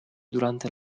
durante